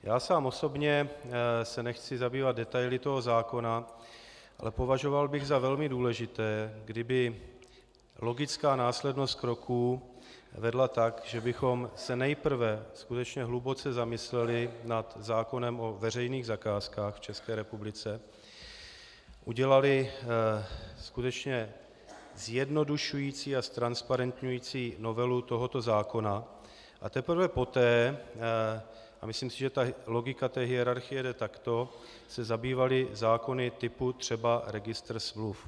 Já sám osobně se nechci zabývat detaily toho zákona, ale považoval bych za velmi důležité, kdyby logická následnost kroků vedla tak, že bychom se nejprve skutečně hluboce zamysleli nad zákonem o veřejných zakázkách v České republice, udělali skutečně zjednodušující a ztransparentňující novelu tohoto zákona, a teprve poté, a myslím si, že ta logika té hierarchie jde takto, se zabývali zákony typu třeba registr smluv.